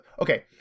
Okay